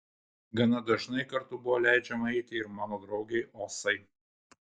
gana dažnai kartu buvo leidžiama eiti ir mano draugei osai